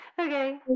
Okay